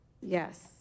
Yes